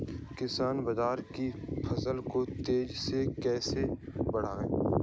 किसान बाजरे की फसल को तेजी से कैसे बढ़ाएँ?